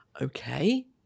okay